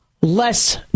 less